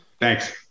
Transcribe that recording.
thanks